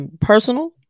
personal